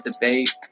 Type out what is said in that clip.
debate